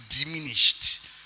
diminished